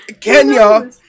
Kenya